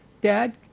Dad